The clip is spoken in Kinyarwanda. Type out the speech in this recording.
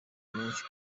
menshi